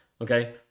okay